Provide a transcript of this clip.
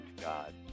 God